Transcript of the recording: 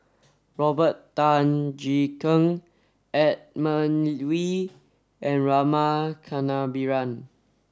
Robert Tan Jee Keng Edmund Wee and Rama Kannabiran